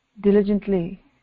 diligently